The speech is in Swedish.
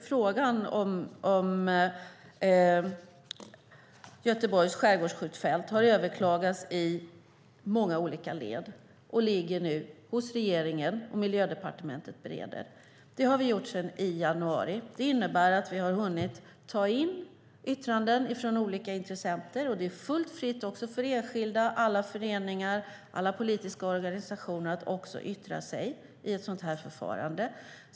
Frågan om Göteborgs skärgårdsskjutfält har överklagats i många olika led och ligger nu hos regeringen. Miljödepartementet bereder frågan. Det har vi gjort sedan i januari. Det innebär att vi hunnit ta in yttranden från olika intressenter. Det är fullt fritt också för enskilda, alla föreningar och alla politiska organisationer att yttra sig i ett sådant här förfarande.